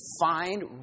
find